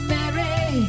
Mary